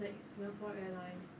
like singapore airlines